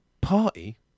party